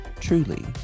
truly